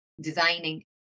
designing